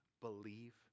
believe